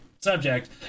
subject